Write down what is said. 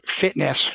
fitness